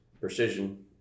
precision